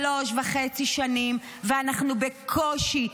שלוש שנים וחצי ואנחנו בקושי,